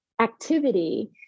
activity